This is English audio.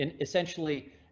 essentially